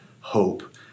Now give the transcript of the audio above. hope